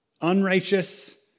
Unrighteous